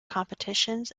competitions